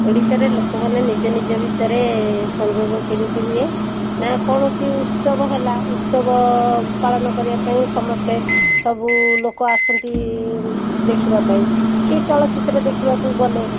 ଓଡ଼ିଶାରେ ଲୋକମାନେ ନିଜ ନିଜ ଭିତରେ ସଂଯୋଗ କେମିତି ହୁଏ ନା କୌଣସି ଉତ୍ସବ ହେଲା ଉତ୍ସବ ପାଳନ କରିବା ପାଇଁ ସମସ୍ତେ ସବୁ ଲୋକ ଆସନ୍ତି ଦେଖିବା ପାଇଁ କି ଚଳଚ୍ଚିତ୍ର ଦେଖିବାକୁ ଗଲେ